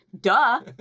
Duh